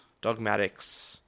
Dogmatics